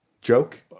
joke